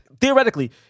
Theoretically